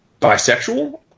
bisexual